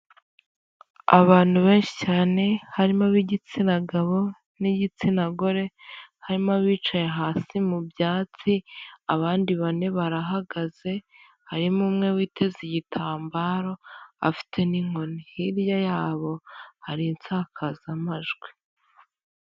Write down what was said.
Abantu benshi cyane harimo ab'igitsina gabo n'igitsina gore, harimo abicaye hasi mu byatsi, abandi bane barahagaze, harimo umwe witeze igitambaro afite n'inkoni, hirya yabo hari insakazamajwi.